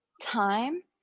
time